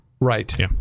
right